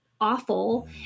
awful